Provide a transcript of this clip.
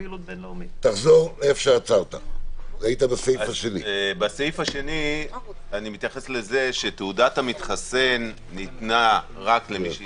אז בסעיף השני אני מתייחס לזה שתעודת המתחסן ניתנה רק למי שהתחסן,